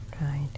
Right